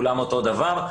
כולם אותו הדבר.